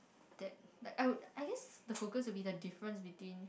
that like I would I guess the focus would be the difference between